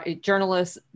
journalists